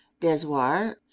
desoir